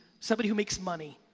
somebody who makes money,